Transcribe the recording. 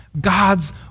God's